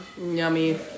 Yummy